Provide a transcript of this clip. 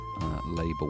label